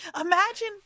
Imagine